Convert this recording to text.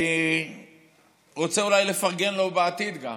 אני רוצה אולי לפרגן לו בעתיד גם.